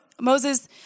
Moses